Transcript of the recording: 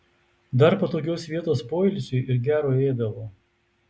dar patogios vietos poilsiui ir gero ėdalo